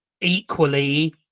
equally